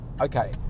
okay